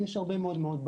יש הרבה בעיות.